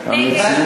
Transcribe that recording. נגד,